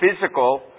physical